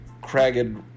cragged